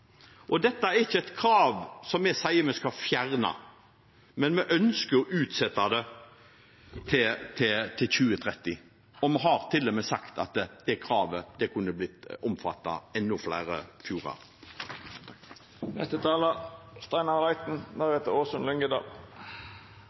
Og dette er ikke et krav vi sier at vi skal fjerne, men vi ønsker å utsette det til 2030. Vi har til og med sagt at kravet kunne omfattet enda flere fjorder. Representanten Steinar Reiten